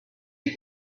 you